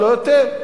לא יותר.